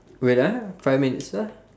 wait ah five minutes ah